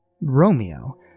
Romeo